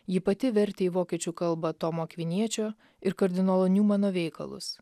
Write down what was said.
ji pati vertė į vokiečių kalbą tomo akviniečio ir kardinolo niumano veikalus